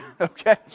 Okay